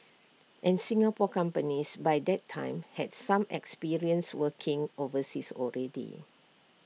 and Singapore companies by that time had some experience working overseas already